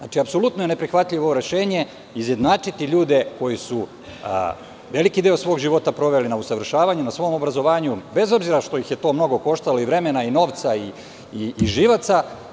Apsolutno je neprihvatljivo rešenje izjednačiti ljude koji su veliki deo svog života proveli na usavršavanju, na svom obrazovanju, bez obzira što ih je to mnogo koštalo vremena, novca i živaca.